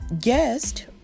guest